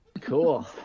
Cool